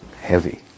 heavy